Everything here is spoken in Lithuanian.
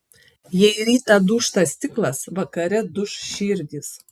jei rytą dūžta stiklas vakare duš širdys